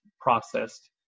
processed